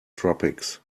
tropics